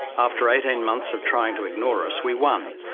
after eighteen months of trying to ignore us, we won.